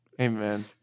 Amen